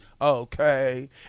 Okay